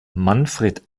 manfred